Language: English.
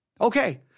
okay